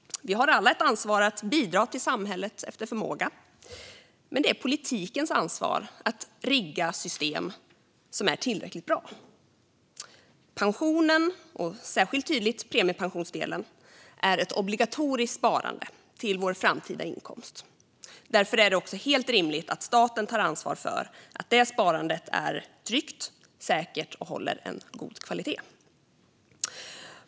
Vi har alla ett ansvar att bidra till samhället efter förmåga, men det är politikens ansvar att rigga system som är tillräckligt bra. Pensionen, och särskilt tydligt premiepensionsdelen, är ett obligatoriskt sparande till vår framtida inkomst. Därför är det helt rimligt att staten tar ansvar för att det sparandet är tryggt, säkert och håller god kvalitet.